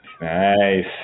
Nice